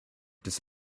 des